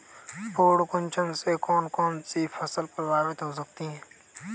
पर्ण कुंचन से कौन कौन सी फसल प्रभावित हो सकती है?